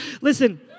Listen